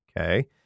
Okay